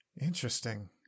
Interesting